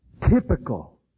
typical